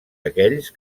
aquells